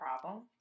problem